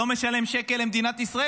ולא משלם שקל למדינת ישראל.